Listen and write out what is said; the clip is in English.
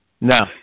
No